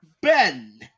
Ben